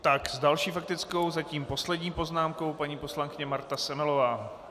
S další faktickou zatím poslední poznámkou paní poslankyně Marta Semelová.